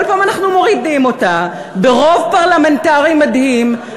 כל פעם אנחנו מורידים אותה ברוב פרלמנטרי מדהים,